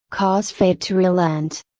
cause fate to relent.